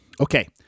Okay